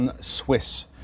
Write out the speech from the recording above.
Swiss